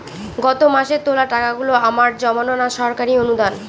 গত মাসের তোলা টাকাগুলো আমার জমানো না সরকারি অনুদান?